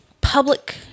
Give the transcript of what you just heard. public